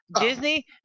Disney